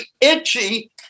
itchy